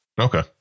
Okay